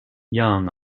young